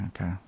Okay